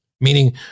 meaning